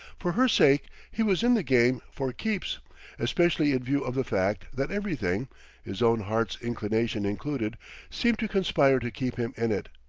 for her sake, he was in the game for keeps especially in view of the fact that everything his own heart's inclination included seemed to conspire to keep him in it.